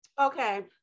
Okay